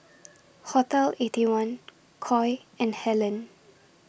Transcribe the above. Hotel Eighty One Koi and Helen